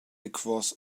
across